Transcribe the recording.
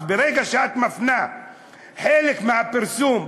מפנה חלק מהפרסום,